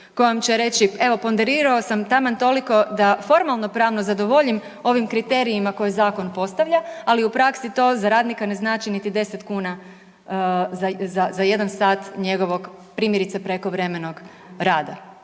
kojom će reći, evo, ponderirao sam taman toliko da formalno-pravno zadovoljim ovim kriterijima koje zakon postavlja, ali u praksi to za radnika ne znači niti 10 kuna za 1 sat njegovog, primjerice, prekovremenog rada.